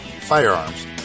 firearms